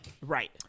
Right